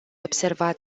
observat